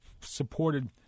supported